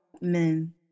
men